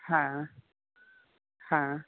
હા હા